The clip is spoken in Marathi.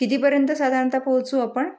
कितीपर्यंत साधारणतः पोहचू आपण